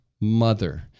mother